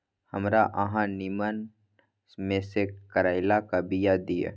हमरा अहाँ नीमन में से करैलाक बीया दिय?